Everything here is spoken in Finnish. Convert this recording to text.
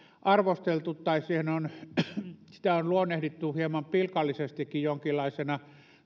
arvosteltu tai sitä on luonnehdittu hieman pilkallisestikin jonkinlaiseksi